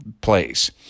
place